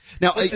Now